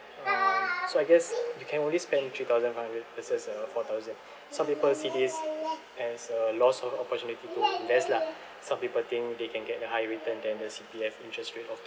um so I guess you can only spend three thousand five hundred instead uh four thousand some people see this as a loss of opportunity to invest lah some people think they can get a high return than the C_P_F interest rate of